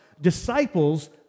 Disciples